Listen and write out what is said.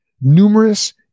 numerous